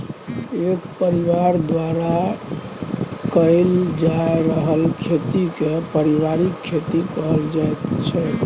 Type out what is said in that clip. एक परिबार द्वारा कएल जा रहल खेती केँ परिबारिक खेती कहल जाइत छै